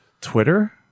Twitter